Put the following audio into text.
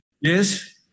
Yes